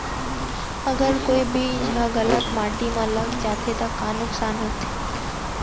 अगर कोई बीज ह गलत माटी म लग जाथे त का नुकसान होथे?